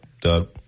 Doug